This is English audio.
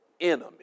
enemy